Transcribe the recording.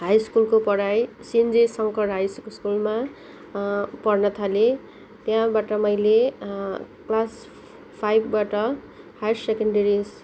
high स्कुलको पढाइ Sinji Shankar high स्कुलमा पढ्न थालेँ त्यहाँबाट मैले क्लास फाइभबाट हायर सेकेन्डेरी